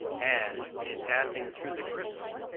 as, in passing through the crystal,